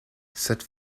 cette